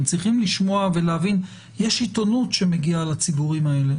הם צריכים לשמוע ולהבין יש עיתונות שמגיעה לציבורים האלה,